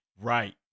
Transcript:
Right